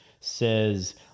says